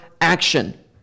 action